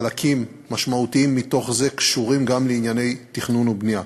חלקים משמעותיים מתוך זה קשורים גם לענייני תכנון ובנייה.